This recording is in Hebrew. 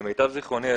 למיטב זיכרוני,